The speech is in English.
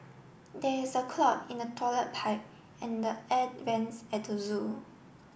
there is a clog in the toilet pipe and the air vents at the zoo